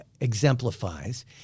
exemplifies